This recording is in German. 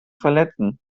verletzen